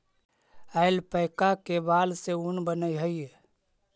alpaca के बाल से ऊन बनऽ हई